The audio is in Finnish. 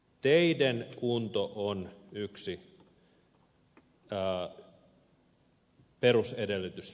teiden kunto on yksi perusedellytys yrittäjyydelle